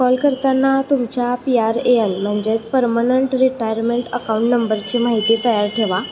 call करताना तुमच्या P R A N म्हणजेच परर्मनंट रिटायरमेंट अकाउंट नंबरची माहिती तयार ठेवा